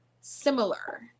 similar